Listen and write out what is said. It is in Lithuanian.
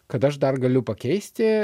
kad aš dar galiu pakeisti